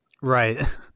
Right